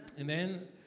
Amen